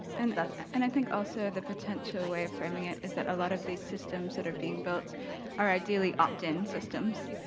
and and i think also the potential way of framing it, is that a lot of these systems that are being built are ideally opt-in systems,